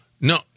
No